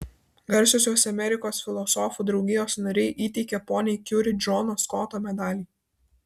garsiosios amerikos filosofų draugijos nariai įteikia poniai kiuri džono skoto medalį